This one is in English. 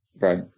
Right